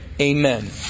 Amen